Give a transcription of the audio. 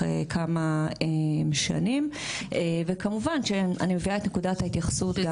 כמה שנים וכמובן שאני מביאה את נקודת ההתייחסות.